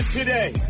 today